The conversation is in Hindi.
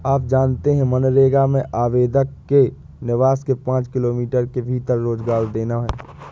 आप जानते है मनरेगा में आवेदक के निवास के पांच किमी के भीतर रोजगार देना है?